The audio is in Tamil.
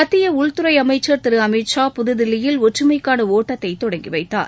மத்திய உள்துறை அமைச்சர் திரு அமித் ஷா புதுதில்லியில் ஒற்றுமைக்கான ஒட்டத்தை தொடங்கி வைத்தார்